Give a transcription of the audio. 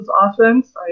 offense